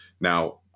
Now